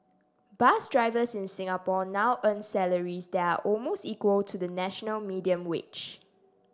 bus drivers in Singapore now earn salaries that are almost equal to the national median wage